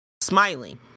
smiling